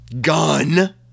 gun